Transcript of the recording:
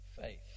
faith